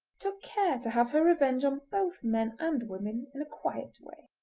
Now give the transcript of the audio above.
took care to have her revenge on both men and women in a quiet way.